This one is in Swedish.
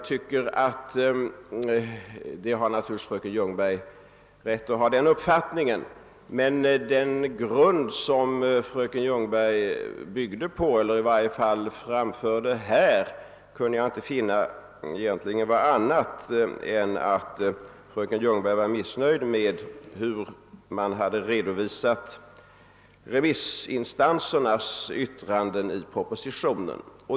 Fröken Ljungberg har naturligtvis rätt att ha den uppfattningen, men den grund fröken Ljungberg byggde på eller i varje fall framförde här var egentligen intet annat än att hon var missnöjd med hur man hade redovisat remissinstansernas yttranden i propositionen.